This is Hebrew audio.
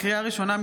לקריאה ראשונה,